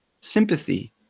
sympathy